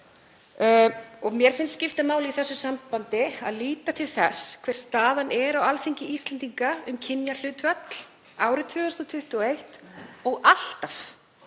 Mér finnst skipta máli í þessu sambandi að líta til þess hver staðan er á Alþingi Íslendinga hvað varðar kynjahlutföll árið 2021 og hefur